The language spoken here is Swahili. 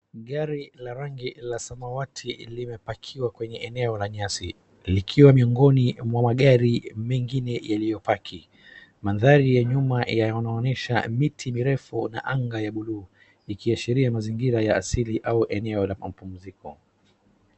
Gari la rangi la samawati limepakiwa kwenye eneo la nyasi. Likiwa miongoni mwa magari mengine yaliyo paki. Mandhari ya nyuma yanaonyesha miti mirefu na anga ya bluu ikiashiria mazingira ya asili au eneo la mapumziko.